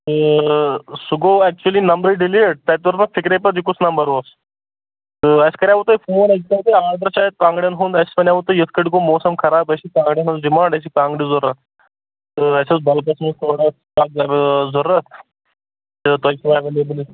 سُہ گوٚو ایٚکچُلی نمبرٕے ڈِلیٖٹ تَتہِ توٚر نہٕ فِکرے پَتہٕ یہِ کُس نمبر اوس تہٕ اَسہِ کَریٛاوٕ تۄہہِ فون اَسہِ دِژیٛاو تۄہہِ آرڈَر شاید کانٛگریَن ہُنٛد اَسہِ وَنیٛاوٕ تۄہہِ یِتھٕ پٲٹھۍ گوٚو موسم خراب اَسہِ چھِ کانٛگریَن ہِنٛز ڈِمانٛڈ اَسہِ چھِ کانٛگرِ ضروٗرت تہٕ اَسہِ ٲس بَلکَس منٛز تھوڑا کانٛگٕر ضروٗرت تہٕ تۄہہِ چھِوا ایویلیبٕل یہِ